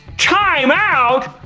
time out?